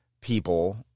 people